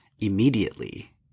immediately